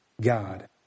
God